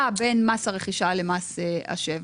למצוא איזה שהיא הקבלה בין מס הרכישה למס השבח.